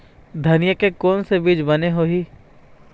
धनिया के कोन से बीज बने होही?